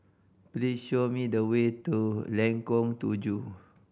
please show me the way to Lengkong Tujuh